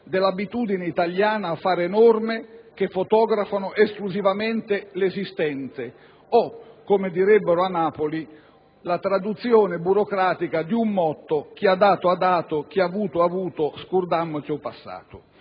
dell'abitudine italiana ad approvare norme che fotografano esclusivamente l'esistente, ovvero, come direbbero a Napoli, la traduzione burocratica di un motto: «chi ha avuto ha avuto, chi ha dato ha dato, scurdammoce 'o passato».